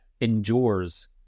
endures